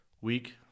week